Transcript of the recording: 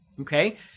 Okay